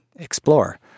explore